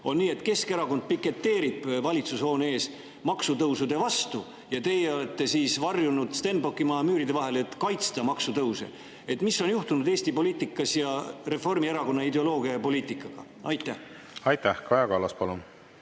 nii, et Keskerakond piketeerib valitsushoone ees maksutõusude vastu ja teie olete varjunud Stenbocki maja müüride vahele, et kaitsta maksutõuse. Mis on juhtunud Eesti poliitikas ja Reformierakonna ideoloogia ja poliitikaga? Aitäh! Auväärt peaminister!